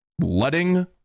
letting